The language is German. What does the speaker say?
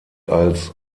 als